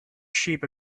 sheep